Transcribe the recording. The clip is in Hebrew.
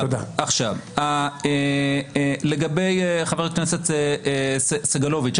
לגבי חבר הכנסת סגלוביץ',